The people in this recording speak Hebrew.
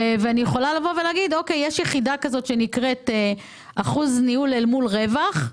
או להגיד שיש יחידה שנקראת אחוז ניהול אל מול רווח.